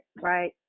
right